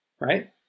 right